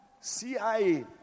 CIA